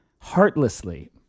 heartlessly